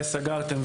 וסגרתם,